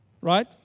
right